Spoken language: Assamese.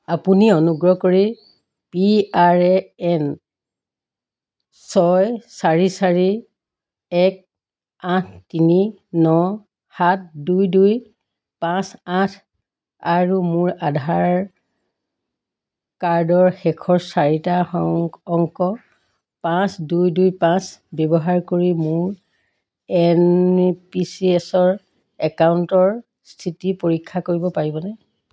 আপুনি অনুগ্ৰহ কৰি পি আৰ এ এন ছয় চাৰি চাৰি এক আঠ তিনি ন সাত দুই দুই পাঁচ আঠ আৰু মোৰ আধাৰ কাৰ্ডৰ শেষৰ চাৰিটা অংক পাঁচ দুই দুই পাঁচ ব্যৱহাৰ কৰি মোৰ এন পি চি এছ একাউণ্টৰ স্থিতি পৰীক্ষা কৰিব পাৰিবনে